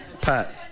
Pat